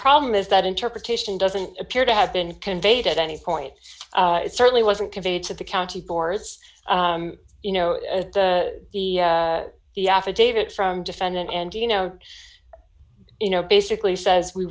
problem is that interpretation doesn't appear to have been conveyed at any point it certainly wasn't conveyed to the county boards you know the the affidavit from defendant and you know you know basically says we